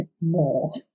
more